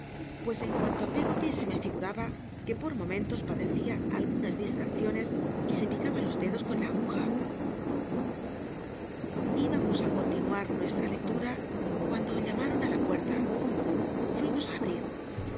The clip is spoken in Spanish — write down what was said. pues en cuanto ti peggoty se me llgmaba que por momentos pacia algunas distracciones y se picaba los dedos con la aguja n cuando llamaron á la puert a fuimos á abrir